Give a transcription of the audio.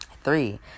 three